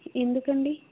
ఎందుకండి